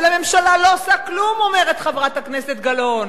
אבל הממשלה לא עושה כלום, אומרת חברת הכנסת גלאון.